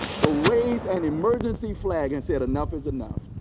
so raise an emergency flag and said, enough is enough.